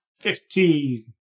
Fifteen